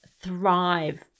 thrive